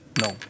No